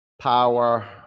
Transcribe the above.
power